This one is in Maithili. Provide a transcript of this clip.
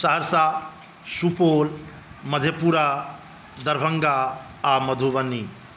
सहरसा सुपौल मधेपुरा दरभंगा आओर मधुबनी